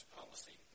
policy